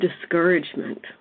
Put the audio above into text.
discouragement